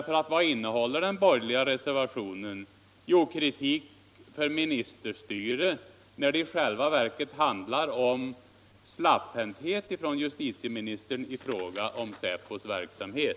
För vad innehåller den borgerliga reservationen? Jo, kritik för ministerstyre, när det i själva verket handlar om släpphänthet hos justitieministern i fråga om säpos verksamhet!